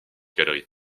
galerie